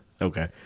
Okay